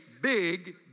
big